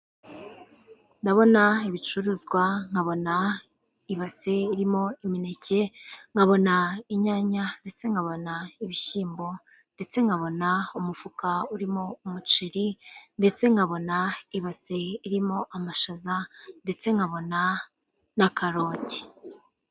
Ndabona ibicuruzwa, nkabona ibase irimo imineke, nkabona inyanya, ndetse nkabona ibishyimbo, ndetse nkabona umufuka urimo umuceri, ndetse nkabona ibase irimo amashaza, ndetse nkabona na karoti.